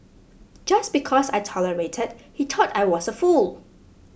just because I tolerated he thought I was a fool